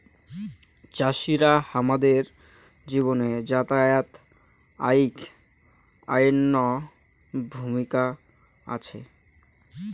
চাষিরা হামাদের জীবন যাত্রায় আইক অনইন্য ভূমিকার আছি